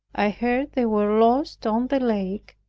i heard they were lost on the lake,